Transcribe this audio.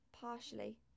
partially